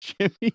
Jimmy